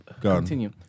continue